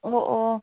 ꯑꯣ ꯑꯣ